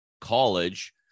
college